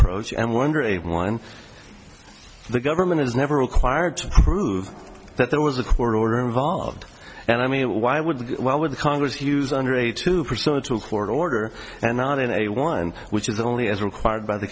approach and wonder one the government is never required to prove that there was a court order involved and i mean why would why would the congress use under age to pursue a two hundred order and not in a one which is only as required by the